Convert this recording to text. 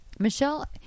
Michelle